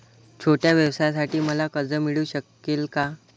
छोट्या व्यवसायासाठी मला कर्ज मिळू शकेल का?